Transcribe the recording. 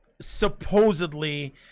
supposedly